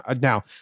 Now